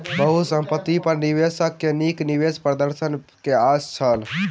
बहुसंपत्ति पर निवेशक के नीक निवेश प्रदर्शन के आस छल